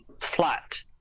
flat